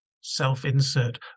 self-insert